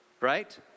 right